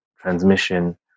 transmission